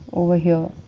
over here.